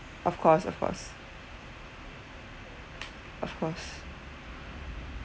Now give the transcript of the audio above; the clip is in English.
of course of course of course